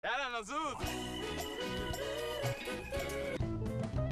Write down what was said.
יאללה, נזוז!